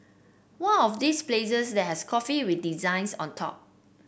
one of this places that has coffee with designs on top